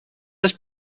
must